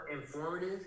informative